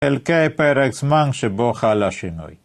חלקי פרק זמן שבו חל השינוי